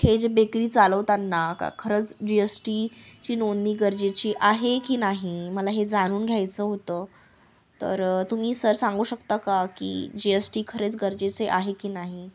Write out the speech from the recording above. हे जे बेकरी चालवताना का खरंच जी एस टी ची नोंदणी गरजेची आहे की नाही मला हे जाणून घ्यायचं होतं तर तुम्ही सर सांगू शकता का की जी एस टी खरेच गरजेचे आहे की नाही